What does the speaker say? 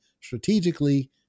strategically